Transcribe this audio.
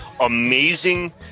amazing